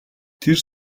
тэр